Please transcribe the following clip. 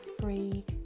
free